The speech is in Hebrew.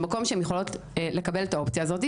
במקום שהן יכולות לקבל האופציה הזאת,